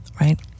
right